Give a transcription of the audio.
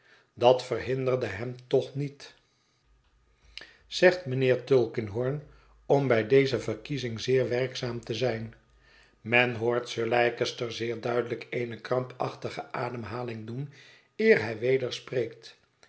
dat verhinderde hem toch niet zegt mijnheer tulkinghorn om bij leze verkiezing zeer werkzaam te zijn men hoort sir leicester zeer duidelijk eene krampachtige ademhaling doen eer hij weder spreekt